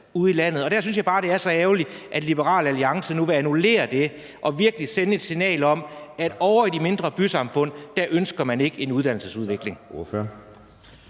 ude i landet, og der synes jeg bare, at det er så ærgerligt, at Liberal Alliance nu vil annullere det og virkelig sende et signal om, at ovre i de mindre bysamfund ønsker Liberal Alliance ikke en uddannelsesudvikling.